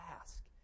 ask